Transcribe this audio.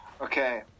Okay